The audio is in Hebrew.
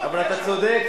אתה צודק,